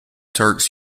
turks